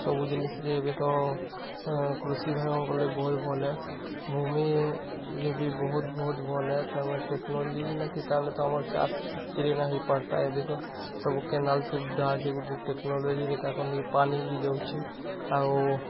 ସବୁ ଜିନିଷରେ ଏବେ ତ କୃଷି ଭାଇମାନକର୍ ଲାଗି ବହୁତ୍ ଭଲେ ଭୂମିରେ ବି ବହୁତ୍ ବହୁତ୍ ଭଲେ ତେଣୁକରି ଟେକ୍ନୋଲୋଜି ନେଇଥି ତାହାଲେ ତ ଆମର୍ ଚାଷ୍ ଏତିକିରେ ନା ହେଇପାରତା ଏବେ ତ ସବୁ କେନାଲ୍ ସୁବିଧା ଅଛି ଗୁଟେ ଟେକ୍ନୋଲୋଜିରେ ତାକର୍ ଲାଗି ପାନି ବି ଯାଉଛେ ଆଉ